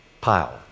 pile